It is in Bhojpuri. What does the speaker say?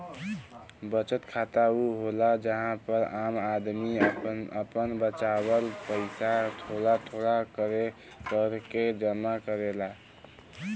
बचत खाता ऊ होला जहां पर आम आदमी आपन बचावल पइसा थोड़ा थोड़ा करके जमा करेला